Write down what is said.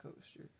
coaster